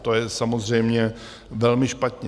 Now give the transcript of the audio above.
To je samozřejmě velmi špatně.